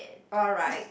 alright